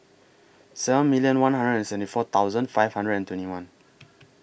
seven million one hundred and seventy four thousand five hundred and twenty one